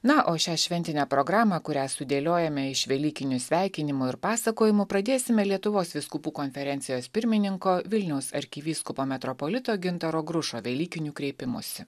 na o šią šventinę programą kurią sudėliojome iš velykinių sveikinimų ir pasakojimų pradėsime lietuvos vyskupų konferencijos pirmininko vilniaus arkivyskupo metropolito gintaro grušo velykiniu kreipimusi